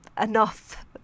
enough